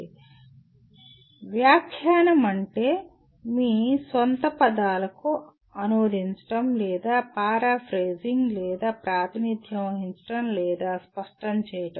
interpret వ్యాఖ్యానం అంటే మీ స్వంత పదాలకు అనువదించడం లేదా పారాఫ్రేజింగ్ లేదా ప్రాతినిధ్యం వహించడం లేదా స్పష్టం చేయడం